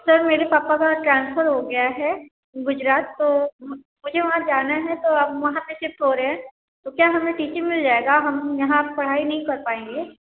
sir मेरे पापा का ट्रांसफर हो गया है गुजरात तो मुझे वहाँ जाना है तो आप वहाँ पे शिफ्ट हो रहे हैं तो क्या हमें टी सी मिल जाएगा हम यहाँ पढ़ाई नहीं कर पाएँगे